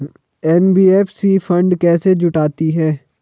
NBFC fund कैसे जुटाती है?